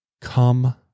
come